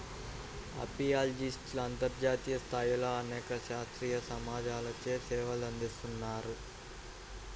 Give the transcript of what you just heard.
అపియాలజిస్ట్లు అంతర్జాతీయ స్థాయిలో అనేక శాస్త్రీయ సమాజాలచే సేవలందిస్తున్నారు